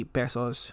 pesos